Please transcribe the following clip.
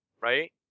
Right